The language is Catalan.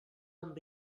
amb